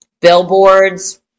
billboards